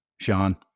Sean